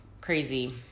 crazy